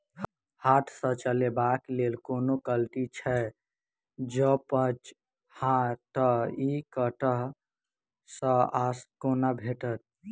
हाथ सऽ चलेबाक लेल कोनों कल्टी छै, जौंपच हाँ तऽ, इ कतह सऽ आ कोना भेटत?